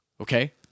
okay